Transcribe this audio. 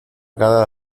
cada